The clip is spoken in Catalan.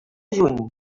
juny